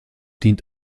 dient